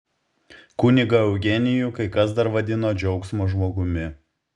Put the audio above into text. kunigą eugenijų kai kas dar vadino džiaugsmo žmogumi